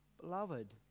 Beloved